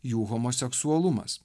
jų homoseksualumas